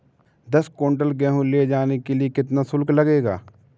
दस कुंटल गेहूँ ले जाने के लिए कितना शुल्क लगेगा?